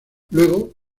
luego